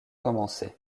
commencé